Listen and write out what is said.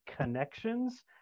connections